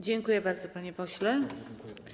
Dziękuję bardzo, panie pośle.